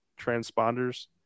transponders